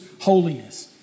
holiness